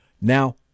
Now